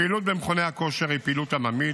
הפעילות במכוני הכושר היא פעילות עממית